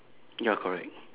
ya correct